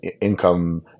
income